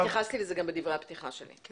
אני התייחסתי לזה גם בדברי הפתיחה שלי.